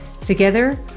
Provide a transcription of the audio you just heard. Together